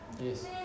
yes